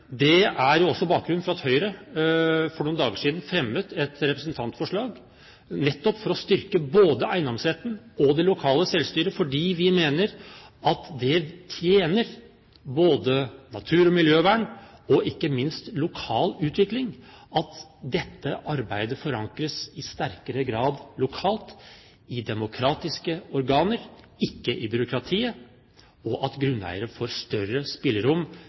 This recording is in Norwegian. Det er også bakgrunnen for at Høyre for noen dager siden fremmet et representantforslag nettopp for å styrke både eiendomsretten og det lokale selvstyret, fordi vi mener at det tjener både natur- og miljøvern og ikke minst lokal utvikling at dette arbeidet i sterkere grad forankres lokalt i demokratiske organer, ikke i byråkratiet, og at grunneiere får større spillerom